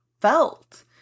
felt